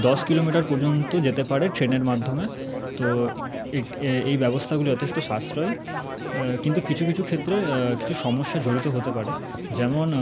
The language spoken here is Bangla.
দশ কিলোমিটার পর্যন্ত যেতে পারে ট্রেনের মাধ্যমে তো এক এই ব্যবস্থাগুলি যথেষ্ট সাশ্রয়ী কিন্তু কিছু কিছু ক্ষেত্রে কিছু সমস্যা জড়িত হতে পারে যেমন